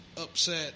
upset